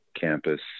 campus